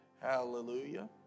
Hallelujah